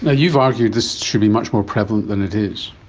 ah you've argued this should be much more prevalent than it is.